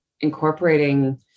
incorporating